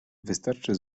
wystarczy